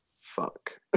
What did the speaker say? Fuck